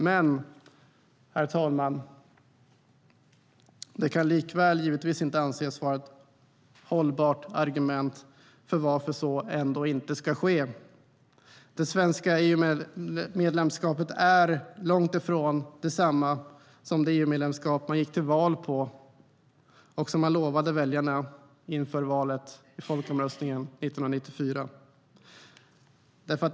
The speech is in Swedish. Men, herr talman, det kan likväl givetvis inte anses vara ett hållbart argument för varför så ändå inte ska ske. Det svenska EU-medlemskapet är långt ifrån detsamma som det EU-medlemskap man gick till val på och som man lovade väljarna inför valet i folkomröstningen 1994.